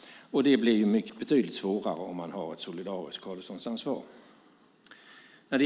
Det blir betydligt svårare med ett solidariskt skadeståndsansvar.